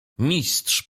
mistrz